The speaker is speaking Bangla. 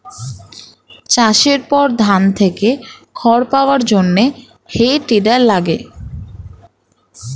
চাষের পর ধান থেকে খড় পাওয়ার জন্যে হে টেডার লাগে